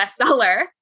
bestseller